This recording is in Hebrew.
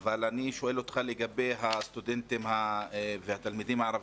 אבל אני שואל אותך לגבי הסטודנטים והתלמידים הערבים.